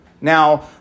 Now